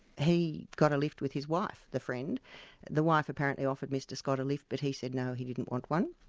he got a life with his wife, the friend the wife apparently offered mr scott a lift, but he said no, he didn't want one.